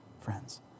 friends